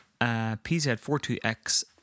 PZ42X